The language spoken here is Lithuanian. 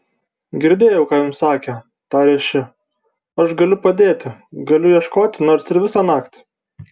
girdėjau ką jums sakė tarė ši aš galiu padėti galiu ieškoti nors ir visą naktį